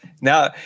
Now